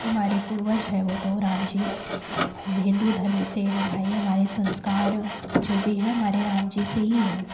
हमारे पूर्वज हैं वह तो राम जी हम हिंदू धर्म से हैं भाई हमारे संस्कार जो भी हैं हमारे राम जी से ही हैं